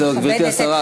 אני מכבדת,